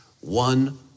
one